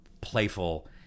playful